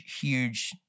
huge